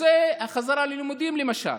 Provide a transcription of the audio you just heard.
נושא החזרה ללימודים, למשל: